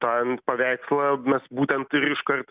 tą paveikslą mes būtent ir iškart